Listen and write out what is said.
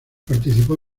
participó